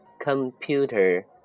Computer